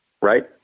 right